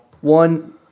one